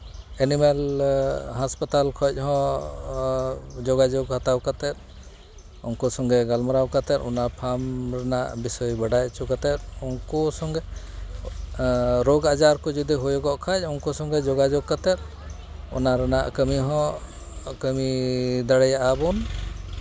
animal hospital ᱠᱷᱚᱱ ᱦᱚᱸ ᱡᱳᱜᱟᱡᱳᱜᱽ ᱦᱟᱛᱟᱣ ᱠᱟᱛᱮᱫ ᱩᱱᱠᱩ ᱥᱚᱸᱜᱮ ᱜᱟᱞᱢᱟᱨᱟᱣ ᱠᱟᱛᱮᱫ ᱚᱱᱟ ᱯᱷᱟᱨᱢ ᱨᱮᱱᱟᱜ ᱵᱤᱥᱚᱭ ᱵᱟᱰᱟᱭ ᱦᱚᱪᱚ ᱠᱟᱛᱮᱫ ᱩᱱᱠᱩ ᱥᱚᱸᱜᱮ ᱨᱳᱜᱽ ᱟᱡᱟᱨ ᱠᱚ ᱡᱩᱫᱤ ᱦᱩᱭᱩᱜᱚᱜ ᱠᱷᱟᱱ ᱩᱱᱠᱩ ᱥᱚᱸᱜᱮ ᱡᱳᱜᱟᱡᱳᱜᱽ ᱠᱟᱛᱮᱫ ᱚᱱᱟ ᱨᱮᱱᱟᱜ ᱠᱟᱹᱢᱤ ᱦᱚᱸ ᱠᱟᱹᱢᱤ ᱫᱟᱲᱮᱭᱟᱜᱼᱟ ᱵᱚᱱ